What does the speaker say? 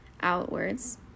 outwards